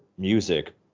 Music